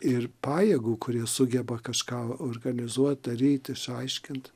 ir pajėgų kurie sugeba kažką organizuot daryt išsiaiškint